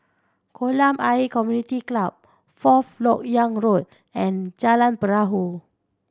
Kolam Ayer Community Club Fourth Lok Yang Road and Jalan Perahu